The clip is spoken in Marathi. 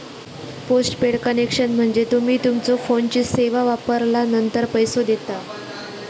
पोस्टपेड कनेक्शन म्हणजे तुम्ही तुमच्यो फोनची सेवा वापरलानंतर पैसो देता